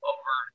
Over